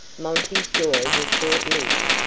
monty's joy was short-lived,